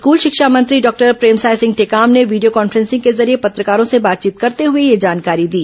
school शिक्षा मंत्री doctor Premsai Singh Tekam ने वीडियो कॉन्फ्रेंसिंग के जरिये पत्रकारों से बातचीत करते हुए यह जानकारी दी